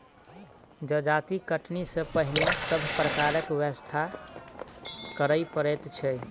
जजाति कटनी सॅ पहिने सभ प्रकारक व्यवस्था करय पड़ैत छै